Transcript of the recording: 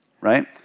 right